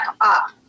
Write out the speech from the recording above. up